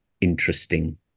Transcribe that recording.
interesting